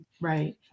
Right